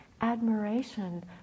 admiration